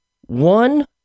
one